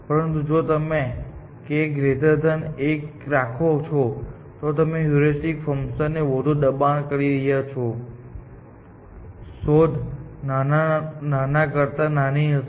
પરંતુ જો તમે k 1 રાખો છો તો તમે હ્યુરિસ્ટિક ફંકશન ને વધુ દબાણ કરી રહ્યા છો શોધ નાના કરતા નાની હશે